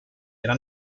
era